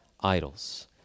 idols